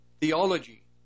theology